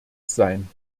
sein